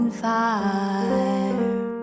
fire